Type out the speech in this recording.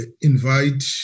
invite